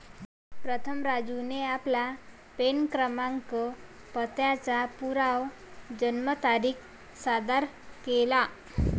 प्रथम राजूने आपला पॅन क्रमांक आणि पत्त्याचा पुरावा जन्मतारीख सादर केला